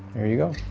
there you go.